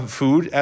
food